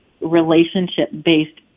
relationship-based